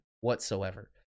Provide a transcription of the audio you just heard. whatsoever